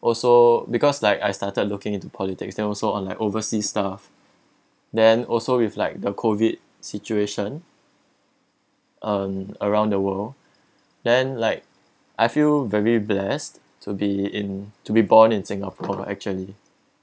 also because like I started looking into politics then also uh like overseas stuff then also with like the COVID situation um around the world then like I feel very blessed to be in to be born in singapore actually